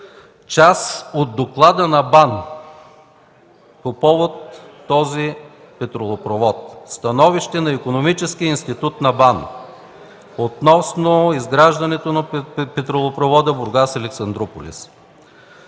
част от доклада на БАН по повод този петролопровод. Това е становище на Икономическия институт на БАН относно изграждането на петролопровода „Бургас – Александруполис”: